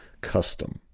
custom